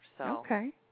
Okay